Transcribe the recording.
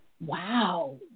Wow